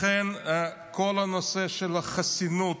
לכן, כל הנושא של החסינות